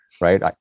right